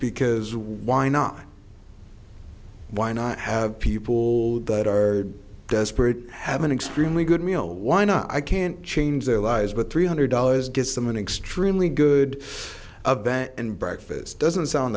because why not why not have people that are desperate have an extremely good meal why not i can't change their lives but three hundred dollars gets them an extremely good of that and breakfast doesn't sound